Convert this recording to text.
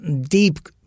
deep